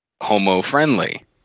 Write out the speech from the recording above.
homo-friendly